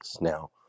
Now